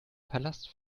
palast